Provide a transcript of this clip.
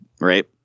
Right